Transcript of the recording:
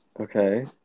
Okay